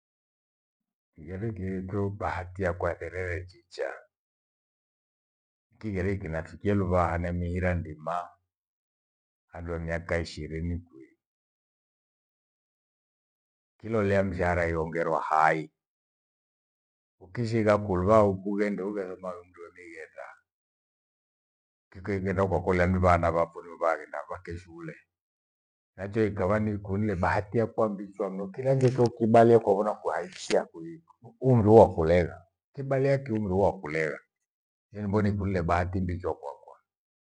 Kiirie ki yakuabahati ya kuaterele chichi kiriki nafikilu bahane mihirandi maando miaka ishirini kui Kilo lea mshahara yongero hai, ukisi igakulwa ukugenda ugezama undu wa migeta. Kiko igenda ukakulia nivana waponi wabari na bhaghenda wakeshule nacho ikawani ikunile bahati ya kuambishwa mno kila njitu kibali ya kubuna kuhaisia kui nirua hulega ibalea kiumrua kulera, yeniboni kulebati mbicho kwakwa.